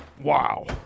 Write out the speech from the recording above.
Wow